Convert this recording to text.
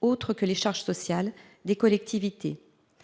autres que les charges sociales -des collectivités.